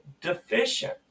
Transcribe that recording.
deficient